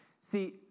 See